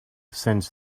since